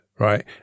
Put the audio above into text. Right